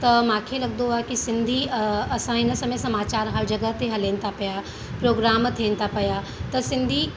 त मूंखे लॻंदो आहे की सिंधी असां इन समय समाचार हर जॻहि ते हलनि था पिया प्रोग्राम थियनि था पिया त सिंधी